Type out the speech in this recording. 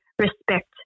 respect